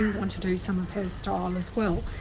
want to do some of her style um as well.